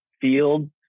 field